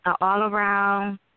all-around